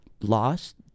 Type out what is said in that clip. lost